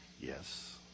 Yes